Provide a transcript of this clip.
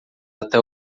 até